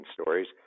stories